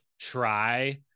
try